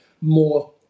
more